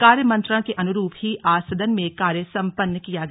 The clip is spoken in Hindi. कार्यमंत्रणा के अनुरूप ही आज सदन में कार्य सम्पन्न किया गया